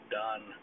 done